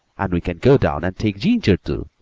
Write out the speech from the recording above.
and we can go down and take ginger, too,